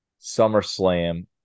SummerSlam